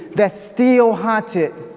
that's still haunted